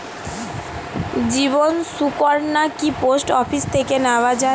জীবন সুকন্যা কি post office থেকে নেওয়া যায়?